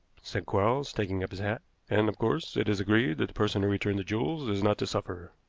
said quarles, taking up his hat and, of course, it is agreed that the person who returned the jewels is not to suffer.